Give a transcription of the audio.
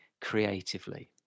creatively